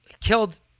killed